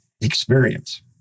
experience